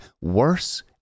worse